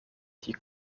die